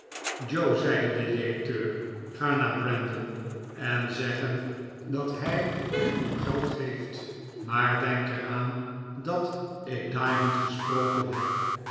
joe zeide de directeur ga naar brandon en zeg hem dat hi u uw geld geeft maar denk er aan dat ik diamond gesproken heb